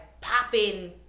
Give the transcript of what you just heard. popping